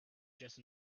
just